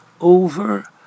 over